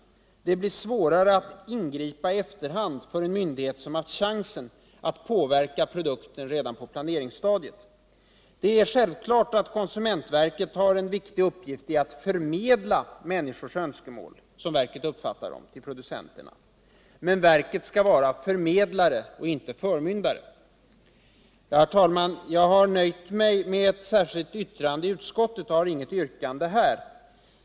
Det blir svårare att ingripa i efterhand för en myndighet som har haft chansen att påverka produkten redan på planeringsstadiet. Självfallet har konsumentverket en viktig uppgift i att förmedla människors önskemål — som verket uppfattar dem — till producenterna. Men verket skall vara förmedlare, inte förmyndare. Herr talman! Jag har nöjt mig med ett särskilt yttrande i utskottet och har inget yrkande här.